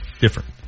Different